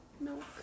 milk